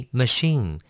machine